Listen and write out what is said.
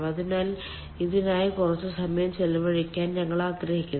അതിനാൽ ഇതിനായി കുറച്ച് സമയം ചെലവഴിക്കാൻ ഞങ്ങൾ ആഗ്രഹിക്കുന്നു